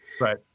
right